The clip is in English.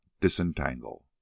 disentangle